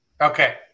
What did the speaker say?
Okay